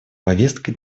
повестка